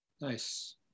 Nice